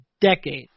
decade